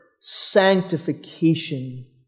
sanctification